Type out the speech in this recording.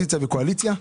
קואליציה ואופוזיציה,